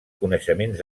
coneixements